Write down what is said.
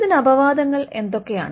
ഇതിന് അപവാദങ്ങൾ എന്തൊക്കെയാണ്